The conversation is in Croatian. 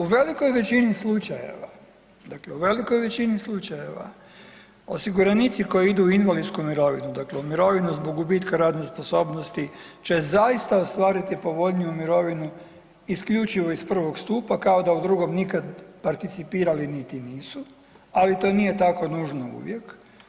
U velikoj većini slučajeva, dakle u velikoj većini slučajeva osiguranici koji idu u invalidsku mirovinu, dakle u mirovinu zbog gubitka radne sposobnosti će zaista ostvariti povoljniju mirovinu isključivo iz prvog stupa kao da u drugom nikad participirali niti nisu, ali to nije tako nužno uvijek.